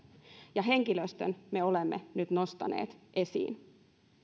ja henkilöstön me olemme nyt nostaneet esiin